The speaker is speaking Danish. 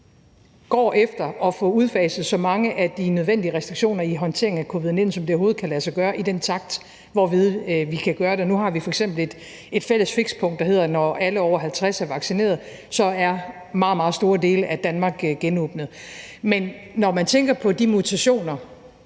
går efter at få udfaset så mange af de nødvendige restriktioner i håndteringen af covid-19, som det overhovedet kan lade sig gøre, i den takt, hvori vi kan gøre det. Nu har vi f.eks. et fælles fikspunkt, der er, at når alle over 50 år er vaccineret, er meget, meget store dele af Danmark genåbnet. Men når man tænker på de mutationer